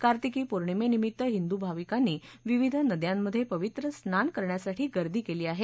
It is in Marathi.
कार्तिकी पौर्णिमेनिमित्त हिंदू भाविकांनी विविध नद्यांमध्ये पवित्र स्नान करण्यासाठी गर्दी केली आहे